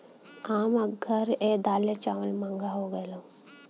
आम घर ए दालो चावल महंगा हो गएल हौ